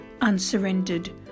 unsurrendered